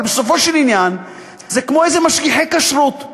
אבל בסופו של עניין זה כמו איזה משגיחי כשרות.